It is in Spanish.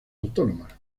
autónomas